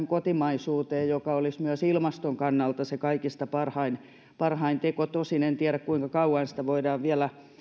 kotimaisuuteen mikä olisi myös ilmaston kannalta se kaikista parhain parhain teko tosin en tiedä kuinka kauan sitä voidaan vielä